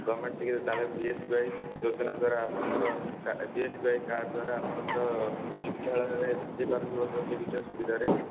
government ଟିକେ ତାହାଲେ B S K Y ଯୋଜନା ଦ୍ୱାରା ଆପଣଙ୍କର B S K Y card ଦ୍ୱାରା ଆପଣଙ୍କର ଚିକିତ୍ସାଳୟରେ ହେଇପାରୁଥିବ ତ ଚିକିତ୍ସା ସୁବିଧାରେ